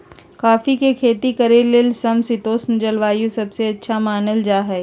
coffee के खेती करे ले समशितोष्ण जलवायु सबसे अच्छा मानल जा हई